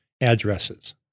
addresses